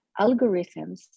algorithms